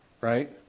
right